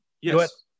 yes